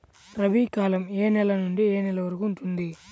రబీ కాలం ఏ నెల నుండి ఏ నెల వరకు ఉంటుంది?